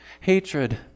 hatred